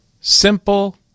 simple